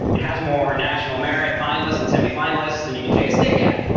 it has more national merit finalists and semi-finalists than you can shake a stick at.